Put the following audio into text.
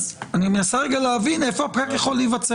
אז אני מנסה רגע להבין איפה הפער יכול להיווצר.